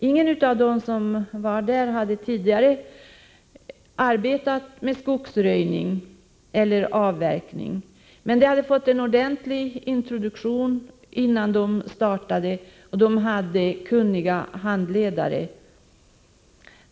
Ingen av dem som var där hade tidigare arbetat med skogsröjning eller avverkning, men de hade fått en ordentlig introduktion innan de startade, och de hade kunniga handledare.